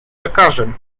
lekarzem